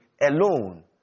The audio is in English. alone